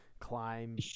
climb